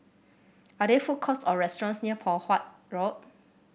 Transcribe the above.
are there food courts or restaurants near Poh Huat Road